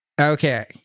Okay